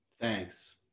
Thanks